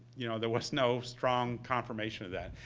you know, there was no strong confirmation of that.